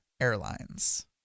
Airlines